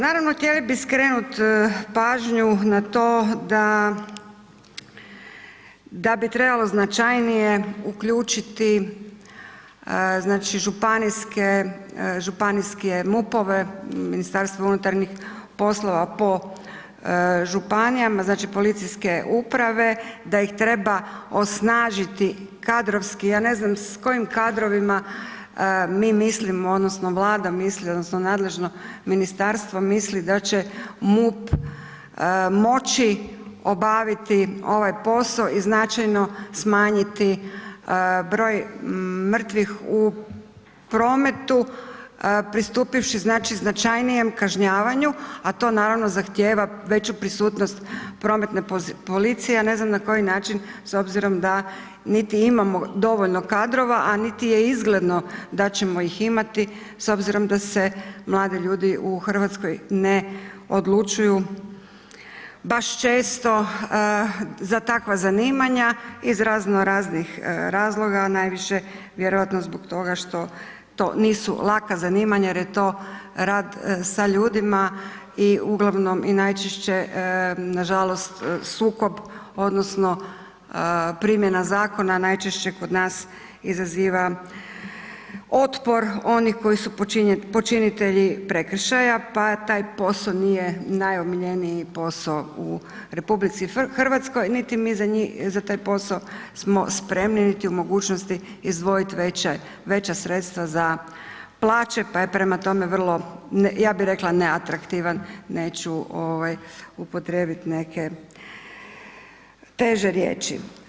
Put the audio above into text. Naravno, htjeli bi skrenuti pažnju na to da, da bi trebalo značajnije uključiti, znači županijske, MUP-ove, Ministarstvo unutarnjih poslova po županijama, znači policijske uprave, da ih treba osnažiti kadrovski, ja ne znam s kojim kadrovima mi mislimo, odnosno Vlada misli, odnosno nadležno ministarstvo misli da će MUP moći obaviti ovaj posao i značajno smanjiti broj mrtvih u prometu pristupivši znači, značajnijem kažnjavanju, a to naravno zahtijeva veću prisutnost prometne policije, ja ne znam na koji način, s obzirom da niti imamo dovoljno kadrova, a niti je izgledno da ćemo ih imati s obzirom da se mladi ljudi u Hrvatskoj ne odlučuju baš često za takva zanimanja iz razno raznih razloga, najviše vjerojatno zbog toga što to nisu laka zanimanja jer je to rad sa ljudima i uglavnom i najčešće nažalost sukob, odnosno primjena zakona, najčešće kod nas izaziva otpor onih koji su počinitelji prekršaja pa taj posao nije najomiljeniji posao u RH niti za taj posao smo spremni niti u mogućnost izdvojiti veća sredstva za plaće, pa je prema tome vrlo, ja bih rekla neatraktivan, neću upotrijebiti neke teže riječi.